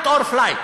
fight or flight.